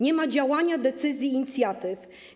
Nie ma działania, decyzji, inicjatyw.